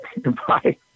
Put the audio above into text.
Goodbye